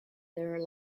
their